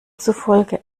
zufolge